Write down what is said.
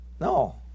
No